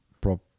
prop